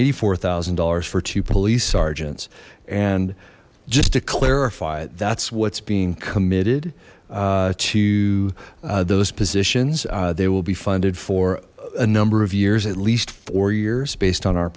eighty four thousand dollars for two police sergeants and just to clarify that's what's being committed to those positions they will be funded for a number of years at least four years based on our